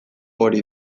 hori